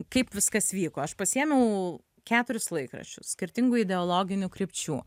kaip viskas vyko aš pasiėmiau keturis laikraščius skirtingų ideologinių krypčių